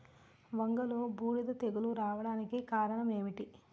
వంగలో బూడిద తెగులు రావడానికి కారణం ఏమిటి?